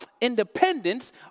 independence